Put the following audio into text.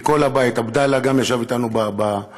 כל הבית, עבדאללה גם ישב אתנו בוועדה.